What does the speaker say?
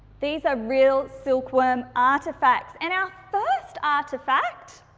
these are real silkworm artefacts and our first artefact,